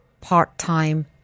part-time